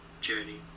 journey